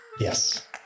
Yes